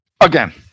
again